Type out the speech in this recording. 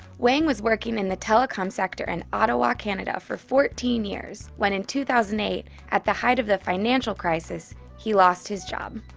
wang was working in the telecom sector in ottawa, canada for fourteen years, when in two thousand and eight, at the height of the financial crisis, he lost his job.